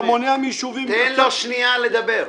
אתה מונע מיישובים --- תו לו שנייה לדבר.